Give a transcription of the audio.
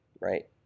right